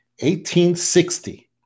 1860